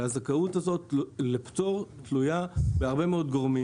הזכאות הזאת לפטור תלויה בהרבה מאוד גורמים